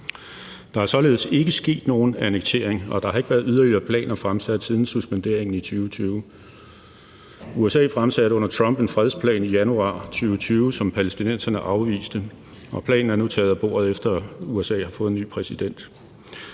Der er således ikke sket nogen annektering, og der har ikke været yderligere planer fremsat siden suspenderingen i 2020. USA fremsatte under Trump en fredsplan i januar 2020, som palæstinenserne afviste, og planen er nu taget af bordet, efter at USA har fået en ny præsident.